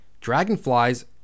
Dragonflies